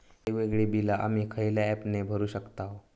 वेगवेगळी बिला आम्ही खयल्या ऍपने भरू शकताव?